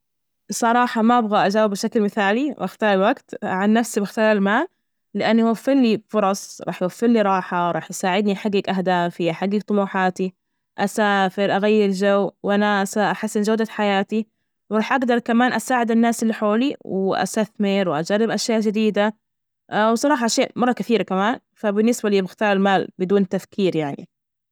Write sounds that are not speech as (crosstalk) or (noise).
بصراحة ما أبغى أجاوب بشكل مثالي، واختار الوقت، عن نفسي بأختار المال، لأن يوفر لي فرص راح يوفر لي راحة، راح يساعدني، أحجج أهدافي أحجج طموحاتي، أسافر، أغير جو، وناسة، أحسن جودة حياتي، وراح أجدر كمان أساعد الناس اللي حولي، وأستثمر، وأجرب أشياء جديدة، (hesitation) وصراحة أشياء مرة كثيرة كمان، فبالنسبة لي بختار المال بدون تفكير يعني.